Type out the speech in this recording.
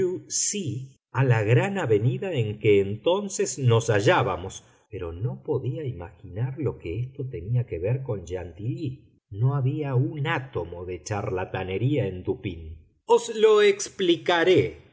c a la gran avenida en que entonces nos hallábamos pero no podía imaginar lo que esto tenía que ver con chantilly no había un átomo de charlatanería en dupín os lo explicaré